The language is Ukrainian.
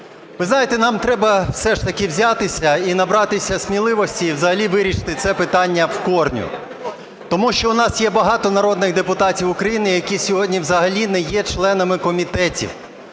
ви знаєте, нам треба все ж таки взятися і набратися сміливості, і взагалі вирішити це питання в корні. Тому що у нас є багато народних депутатів України, які сьогодні взагалі не є членами комітетів.